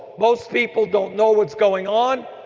most people don't know what's going on,